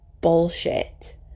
bullshit